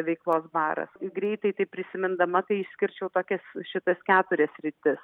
veiklos baras ir greitai taip prisimindama tai išskirčiau tokias šitas keturias sritis